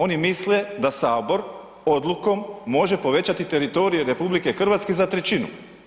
Oni misle da Sabor odlukom može povećati teritorij RH za trećinu.